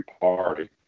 party